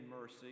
mercy